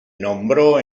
nombró